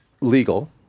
legal